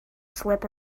slip